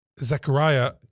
Zechariah